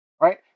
right